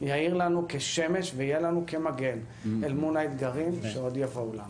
- יאיר לנו כשמש ויהיה לנו כמגן אל מול האתגרים שעוד יבואו עלינו.